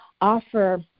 offer